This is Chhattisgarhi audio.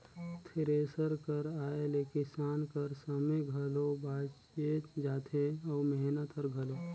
थेरेसर कर आए ले किसान कर समे घलो बाएच जाथे अउ मेहनत हर घलो